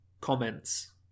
comments